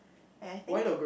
and I think